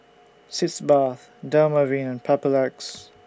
Sitz Bath Dermaveen and Papulex